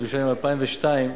ובשנים 2002,